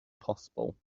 possible